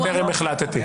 טרם החלטתי.